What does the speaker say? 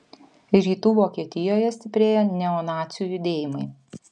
rytų vokietijoje stiprėja neonacių judėjimai